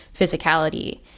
physicality